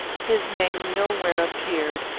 his name nowhere appeared,